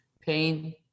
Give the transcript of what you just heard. Pain